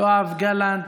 יואב גלנט,